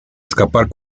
escapar